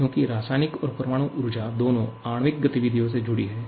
क्योंकि रासायनिक और परमाणु ऊर्जा दोनों आणविक गतिविधियों से जुड़ी हैं